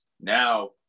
Now